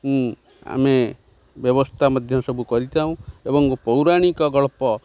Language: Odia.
ଆମେ ବ୍ୟବସ୍ଥା ମଧ୍ୟ ସବୁ କରିଥାଉ ଏବଂ ପୌରାଣିକ ଗଳ୍ପ